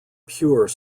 pure